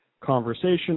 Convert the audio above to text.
conversation